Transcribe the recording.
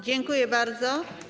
Dziękuję bardzo.